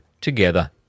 together